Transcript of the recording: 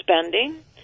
spending